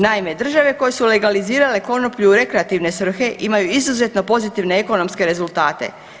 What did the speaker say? Naime, države koje su legalizirale konoplju u rekreativne svrhe imaju izuzetno pozitivne ekonomske rezultate.